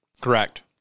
Correct